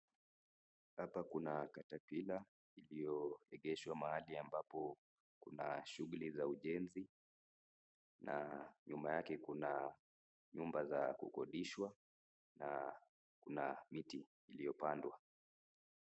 Hapa Kuna caterpillar , iliyoegeshwa mahali ambapo Kuna shughuli ya ujenzi. Nyuma yake Kuna nyumba za kukodishwa na miti iliyopandwa.